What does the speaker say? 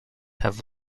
have